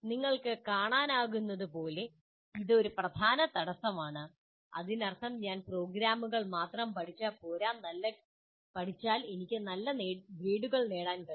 നിങ്ങൾക്ക് കാണാനാകുന്നതുപോലെ ഇത് ഒരു പ്രധാന തടസ്സമാണ് അതിനർത്ഥം ഞാൻ പ്രോഗ്രാമുകൾ മാത്രം പഠിച്ചാൽ എനിക്ക് നല്ല ഗ്രേഡുകൾ നേടാൻ കഴിയും